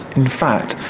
in fact,